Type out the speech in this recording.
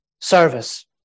service